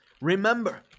Remember